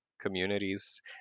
communities